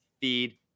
feed